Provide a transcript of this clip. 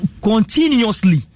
continuously